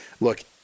Look